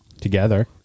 Together